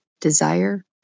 desire